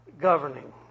governing